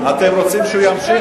אתם רוצים שהוא ימשיך?